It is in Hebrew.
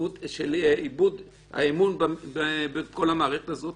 איבוד האמון בכל המערכת הזאת?